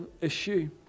issue